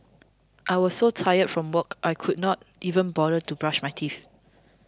I was so tired from work I could not even bother to brush my teeth